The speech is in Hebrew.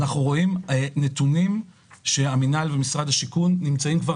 אנחנו רואים שהמינהל ומשרד השיכון נמצאים כבר